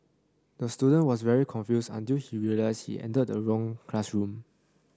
the student was very confused until he realised he entered the wrong classroom